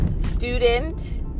student